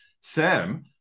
Sam